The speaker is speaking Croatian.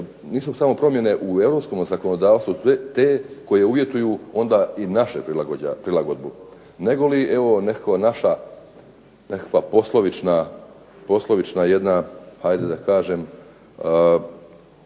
nisu samo promjene u europskome zakonodavstvu te koje uvjetuju onda i našu prilagodbu, negoli evo nekakva naša, nekakva poslovična jedna ajde da kažem